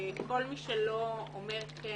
כל מי שלא אומר כן